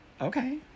Okay